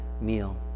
meal